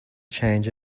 change